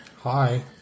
Hi